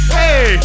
hey